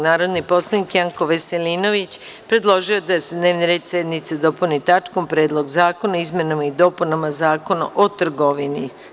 Narodni poslanik Janko Veselinović predložio je da se dnevni red sednice dopuni tačkom – Predlog zakona o izmenama i dopunama Zakon o trgovini.